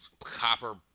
copper